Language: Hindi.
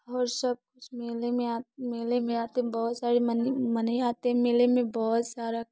और सब कुछ मेले में मेले में आते बहुत सारी मुनि आते मेले में बहुत सारा